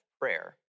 prayer